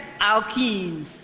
alkenes